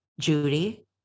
Judy